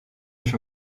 się